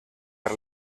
per